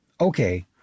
Okay